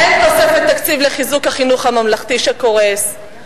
אין תוספת תקציב לחיזוק החינוך הממלכתי שקורס,